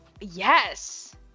yes